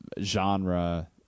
genre